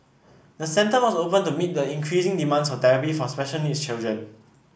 the centre was opened to meet the increasing demand for therapy for special needs children